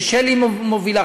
ששלי מובילה,